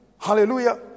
Hallelujah